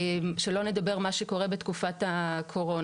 שלא נדבר על מה שקורה בתקופת הקורונה.